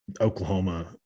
Oklahoma